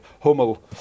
Hummel